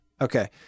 Okay